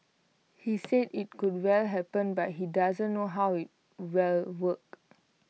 he said IT could well happen but he doesn't know how IT will work